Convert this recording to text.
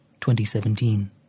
2017